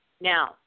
Now